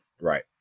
Right